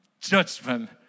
Judgment